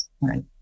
right